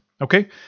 Okay